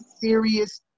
serious